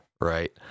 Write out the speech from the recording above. right